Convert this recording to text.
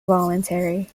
voluntary